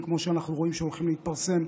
כמו שאנחנו רואים שהולכים להתפרסם,